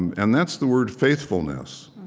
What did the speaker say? and that's the word faithfulness.